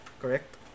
Correct